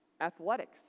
Athletics